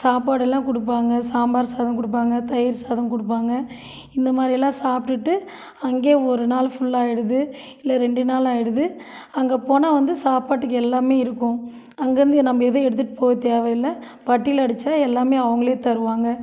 சாப்பாடெல்லாம் கொடுப்பாங்க சாம்பார் சாதம் கொடுப்பாங்க தயிர் சாதம் கொடுப்பாங்க இந்த மாதிரியெல்லாம் சாப்பிட்டுட்டு அங்கே ஒரு நாள் ஃபுல்லாயிடுது இல்லை ரெண்டு நாள் ஆயிடுது அங்கே போனால் வந்து சாப்பாட்டுக்கு எல்லாமே இருக்கும் அங்கேருந்து இ நம்ப எதுவும் எடுத்துகிட்டு போக தேவயில்லை பட்டியில அடைச்சா எல்லாமே அவங்களே தருவாங்க